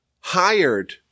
hired